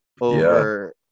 over